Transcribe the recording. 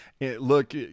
Look